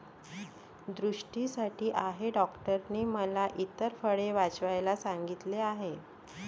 दृष्टीसाठी आहे डॉक्टरांनी मला इतर फळे वाचवायला सांगितले आहे